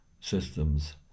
systems